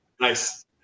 Nice